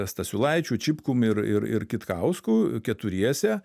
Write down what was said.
stasiulaičiu čipkum ir ir ir kitkausku keturiese